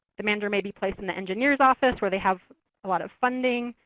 the manager may be placed in the engineer's office, where they have a lot of funding,